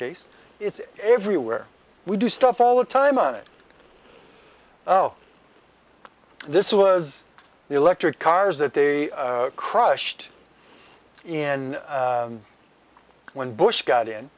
case it's everywhere we do stuff all the time on it oh this was the electric cars that they crushed in when bush got in